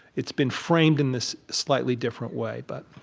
it's been framed in this slightly different way, but,